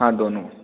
हाँ दोनों